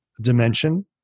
dimension